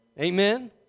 Amen